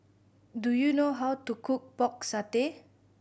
do you know how to cook Pork Satay